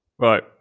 Right